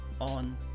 on